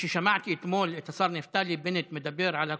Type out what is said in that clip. כשמעתי אתמול את השר נפתלי בנט מדבר על הקורונה,